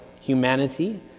humanity